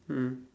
mm